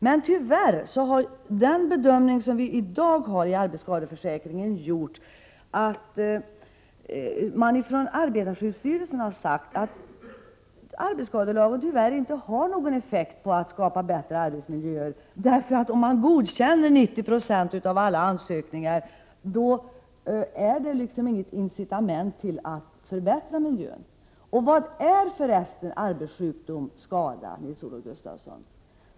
Men tyvärr har dagens bedömning när det gäller arbetsskadeförsäkringen lett till att man från arbetarskyddsstyrelsen har sagt att arbetsskadelagen tyvärr inte har någon effekt när det gäller att skapa bättre arbetsmiljö. Om man godkänner 90 90 av alla ansökningar är det inte något incitament till att förbättra miljön. Vad är för resten arbetsskador och arbetssjukdomar, Nils-Olof Gustafsson?